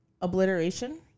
obliteration